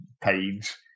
page